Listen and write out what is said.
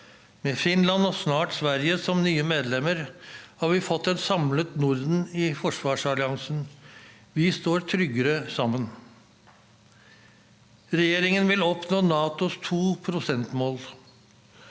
Med Finland, og snart Sverige, som nye medlemmer har vi fått et samlet Norden i forsvarsalliansen. Vi står tryggere sammen. Regjeringen vil oppnå NATOs 2-prosentmål.